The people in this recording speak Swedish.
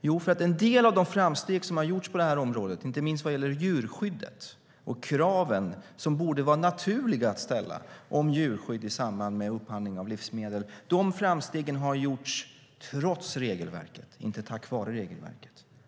Jo, för att en del av de framsteg som gjorts på det här området, inte minst vad gäller de krav som borde vara naturliga att ställa på djurskydd i samband med upphandling av livsmedel, har gjorts trots regelverket, inte tack vare regelverket.